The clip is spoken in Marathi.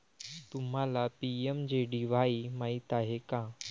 तुम्हाला पी.एम.जे.डी.वाई माहित आहे का?